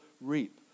reap